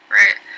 right